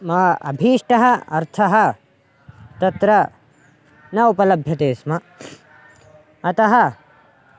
मम अभीष्टः अर्थः तत्र न उपलभ्यते स्म अतः